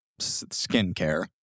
skincare